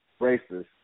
racist